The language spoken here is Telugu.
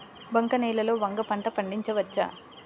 బంక నేలలో వంగ పంట పండించవచ్చా?